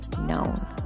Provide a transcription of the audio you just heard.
known